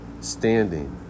standing